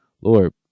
Lord